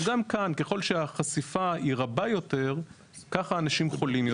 אז גם כאן ככל שהחשיפה היא רחבה יותר אנשים חולים יותר.